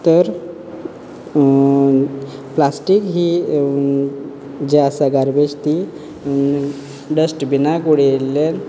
तर प्लास्टीक ही एक जे आसा गार्बेज ती डस्टबिनाक उडयल्ले